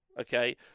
okay